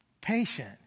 patient